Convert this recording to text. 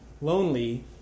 lonely